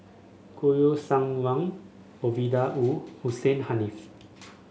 Kouo Shang Wang Ovidia Wu Hussein Haniff